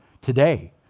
today